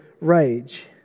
rage